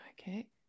Okay